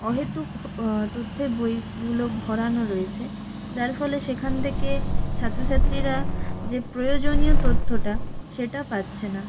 অহেতুক তথ্যে বইগুলো ভরানো রয়েছে যার ফলে সেখান থেকে ছাত্র ছাত্রীরা যে প্রয়োজনীয় তথ্যটা সেটা পাচ্ছে না